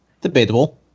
Debatable